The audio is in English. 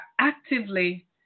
actively